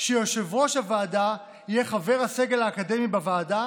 שיושב-ראש הוועדה יהיה חבר הסגל האקדמי בוועדה